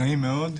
קודם כול,